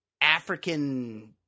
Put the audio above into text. African